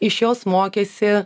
iš jos mokėsi